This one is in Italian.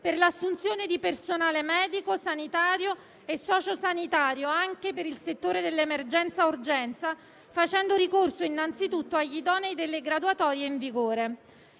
per l'assunzione di personale medico, sanitario e socio-sanitario, anche per il settore dell'emergenza-urgenza, facendo ricorso innanzitutto agli idonei delle graduatorie in vigore,